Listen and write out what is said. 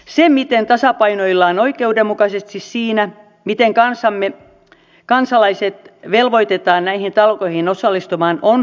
se miten tasapainoillaan oikeudenmukaisesti siinä miten kansalaiset velvoitetaan näihin talkoihin osallistumaan on haasteellista